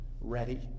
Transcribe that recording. ready